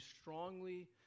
strongly